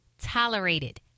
tolerated